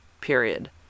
period